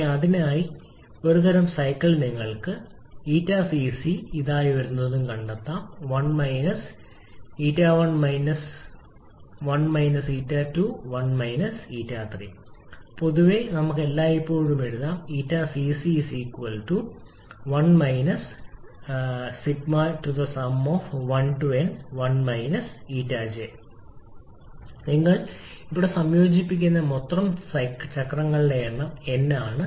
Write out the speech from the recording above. പിന്നെ അതിനായി ഒരു തരം സൈക്കിൾ നിങ്ങൾ ηCC ഇതായി വരുന്നതായി കണ്ടെത്തും 1 1 𝜂1 1 𝜂2 1 𝜂3 പൊതുവേ നമുക്ക് എല്ലായ്പ്പോഴും എഴുതാം നിങ്ങൾ ഇവിടെ സംയോജിപ്പിക്കുന്ന മൊത്തം ചക്രങ്ങളുടെ എണ്ണം N ആണ്